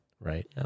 right